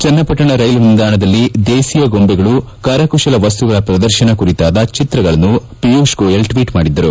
ಚನ್ನಪಟ್ಟಣ ರೈಲು ನಿಲ್ಲಾಣದಲ್ಲಿ ದೇಸಿಯ ಗೊಂಬೆಗಳು ಕರಕುಶಲ ವಸ್ತುಗಳ ಪ್ರದರ್ಶನ ಕುರಿತಾದ ಚಿತ್ರಗಳನ್ನು ಪಿಯೂಷ್ ಗೊಯೆಲ್ ಟ್ವೀಟ್ ಮಾಡಿದ್ದರು